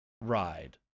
ride